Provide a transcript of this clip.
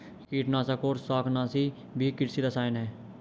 कीटनाशक और शाकनाशी भी कृषि रसायन हैं